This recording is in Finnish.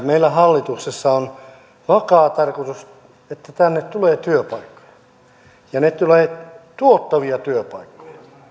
meillä hallituksessa on vakaa tarkoitus että tänne tulee työpaikkoja ja tulee tuottavia työpaikkoja